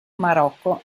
marocco